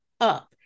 up